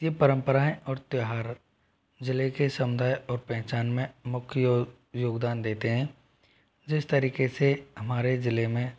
ये परम्पराएँ और त्यौहार जिले के समुदाय और पहचान में मुख्य योगदान देते हैं जिस तरीके से हमारे जिले में